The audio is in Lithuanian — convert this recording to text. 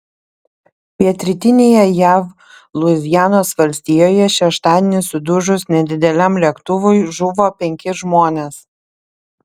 pietrytinėje jav luizianos valstijoje šeštadienį sudužus nedideliam lėktuvui žuvo penki žmonės